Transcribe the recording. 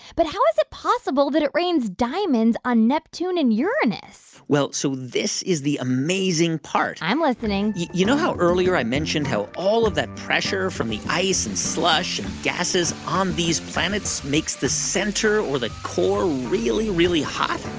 but how is it possible that it rains diamonds on neptune and uranus? well, so this is the amazing part i'm listening you know how earlier i mentioned how all of that pressure from the ice and slush and gases on these planets makes the center, or the core, really, really hot?